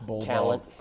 Talent